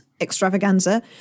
extravaganza